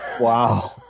Wow